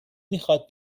میخواد